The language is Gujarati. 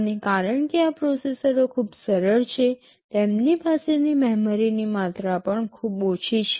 અને કારણ કે આ પ્રોસેસરો ખૂબ સરળ છે તેમની પાસેની મેમરીની માત્રા પણ ખૂબ ઓછી છે